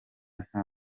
nta